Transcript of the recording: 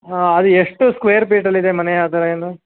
ಹಾಂ ಅದು ಎಷ್ಟು ಸ್ಕ್ವೇರ್ ಫೀಟಲ್ಲಿದೆ ಮನೆ ಅದೆಲ್ಲ ಏನು